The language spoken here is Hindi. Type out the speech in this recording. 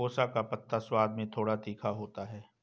सोआ का पत्ता स्वाद में थोड़ा तीखा होता है